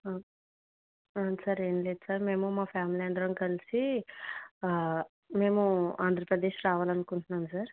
సరే అండి సార్ మేము మా ఫ్యామిలీ అందరం కలిసి మేము ఆంధ్రప్రదేశ్ రావాలని అనుకుంటున్నాం సార్